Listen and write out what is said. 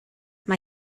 mae